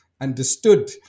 understood